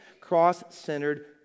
cross-centered